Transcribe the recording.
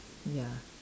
ya